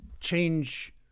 change